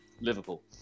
Liverpool